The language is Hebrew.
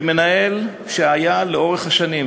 כמנהל שהיה לאורך השנים,